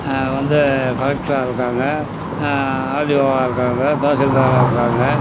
வந்து கலெக்டரா இருக்காங்க ஆர்டிஓவாக இருக்காங்க தாசில்தாராக இருக்காங்க